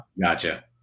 Gotcha